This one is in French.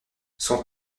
son